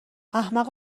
احمق